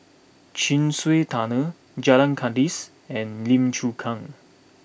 Chin Swee Tunnel Jalan Kandis and Lim Chu Kang